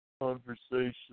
conversation